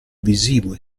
visivo